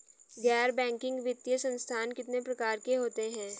गैर बैंकिंग वित्तीय संस्थान कितने प्रकार के होते हैं?